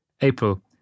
April